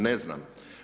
Ne znam.